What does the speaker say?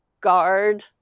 guard